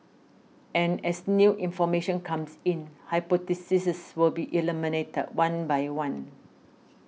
and as new information comes in hypotheses will be eliminated one by one